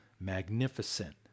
magnificent